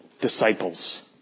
disciples